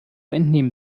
entnehmen